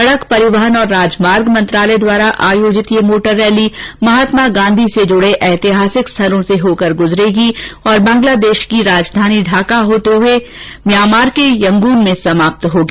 सड़क परिवहन और राजमार्ग मंत्रालय द्वारा आयोजित यह मोटर रैली महात्मा गांधी से जुड़े ऐतिहासिक स्थलों से होकर गुजरेगी और बंगलादेश की राजधानी ढाका होते हुए म्यांमार के यंगून में समाप्त होगी